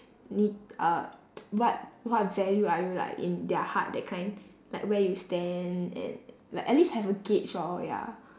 你 uh what what value are you like in their heart that kind like where you stand and like at least have a gauge or ya